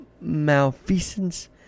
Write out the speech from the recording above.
Malfeasance